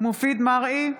מופיד מרעי,